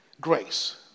grace